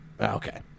okay